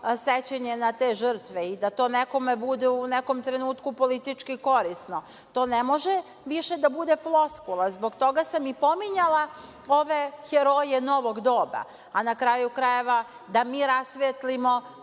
sećanje na te žrtve i da to nekome bude u tom trenutku politički korisno. To ne može više da bude floskula, i zbog toga sam i pominjala ove heroje novog doba. Na kraju krajeva, da mi rasvetlimo